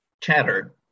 Chatter